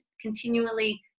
continually